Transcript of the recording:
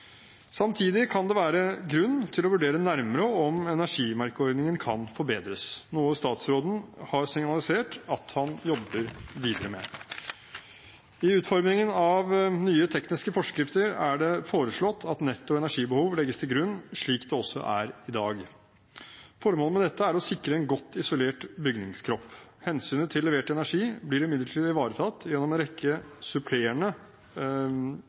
Samtidig kan det være grunn til å vurdere nærmere om energimerkeordningen kan forbedres, noe statsråden har signalisert at han jobber videre med. I utformingen av nye tekniske forskrifter er det foreslått at netto energibehov legges til grunn, slik det også er i dag. Formålet med dette er å sikre en godt isolert bygningskropp. Hensynet til levert energi blir imidlertid ivaretatt gjennom en rekke supplerende